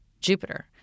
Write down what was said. Jupiter